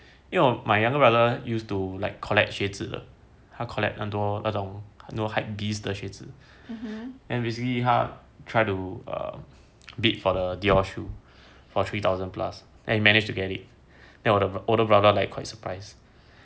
因为 my younger brother used to like collect 鞋子的他 collect 很多那种 hypebeast 的学子 and basically 他 try to bid for the dior for three thousand plus and managed to get it then 我的 older brother like quite surprise